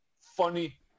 funny